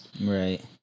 Right